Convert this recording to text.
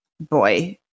boy